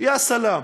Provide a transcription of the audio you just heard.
יא סלאם,